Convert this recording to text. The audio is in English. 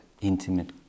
intimate